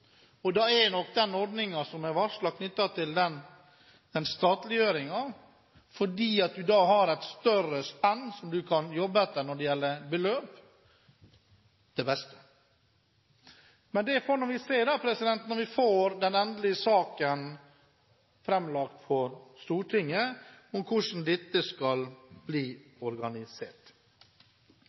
det. Da er nok den ordningen som er varslet, knyttet til statliggjøringen – man har da et større spenn som man kan jobbe etter når det gjelder beløp – den beste. Men vi får se når vi får den endelige saken fremlagt for Stortinget, hvordan dette skal bli organisert.